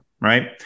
right